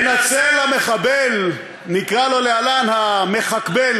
בשני המקרים מנצל המחבל, נקרא לו להלן "המח"כבל",